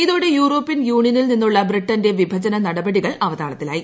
ഇതോടെ യൂറോപ്യൻ യൂണിയനിൽ നിന്നുള്ള ബ്രിട്ടന്റെ വിഭജന നടപടികൾ അവതാളത്തിലായി